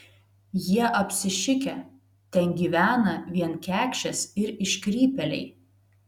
jie apsišikę ten gyvena vien kekšės ir iškrypėliai